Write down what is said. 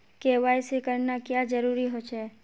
KYC करना क्याँ जरुरी होचे?